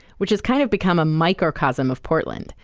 which has kind of become a microcosm of portland,